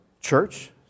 church